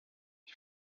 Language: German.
ich